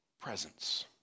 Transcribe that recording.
presence